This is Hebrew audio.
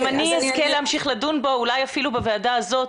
אני אזכה להמשיך לדון בו ואולי אפילו בוועדה הזאת